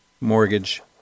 Mortgage